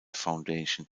foundation